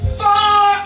far